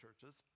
churches